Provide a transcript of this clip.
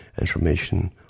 information